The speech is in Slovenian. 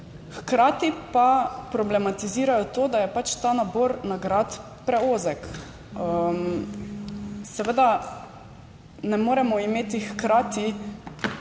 Hkrati pa problematizirajo to, da je pač ta nabor nagrad preozek. Seveda ne moremo imeti hkrati